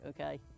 okay